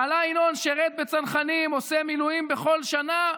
בעלה ינון שירת בצנחנים, עושה מילואים בכל שנה,